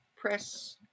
press